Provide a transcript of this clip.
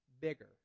bigger